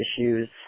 issues